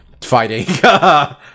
fighting